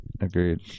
Agreed